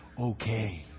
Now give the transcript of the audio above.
okay